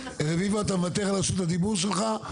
רביבו, אתה מוותר על רשות הדיבור שלך?